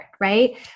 right